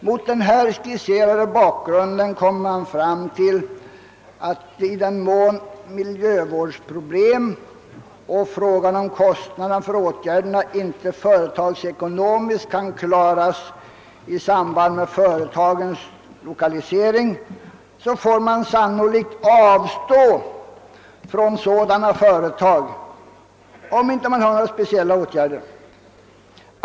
Mot den nu skisserade bakgrunden kommer man fram till, att i den mån miljövårdsproblemen och frågan om kostnaderna för åtgärderna inte företagsekonomiskt kan klaras i samband med företagens lokalisering, så får man sannolikt avstå från sådana företag, om man inte kan vidta speciella åtgärder.